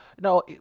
No